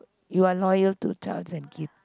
you are loyal to Charles and Keith